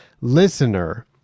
listener